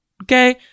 Okay